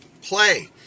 play